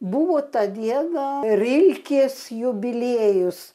buvo tą dieną rilkės jubiliejus